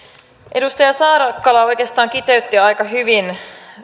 edustaja saarakkala oikeastaan kiteytti aika hyvin